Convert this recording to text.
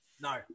No